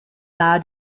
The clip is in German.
nahe